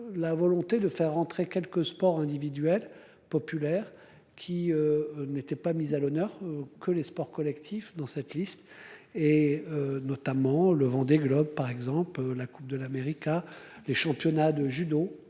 La volonté de faire entrer quelques sports individuels populaire qui. N'étaient pas mis à l'honneur que les sports collectifs dans cette liste et notamment le Vendée Globe par exemple la Coupe de l'America. Les championnats de judo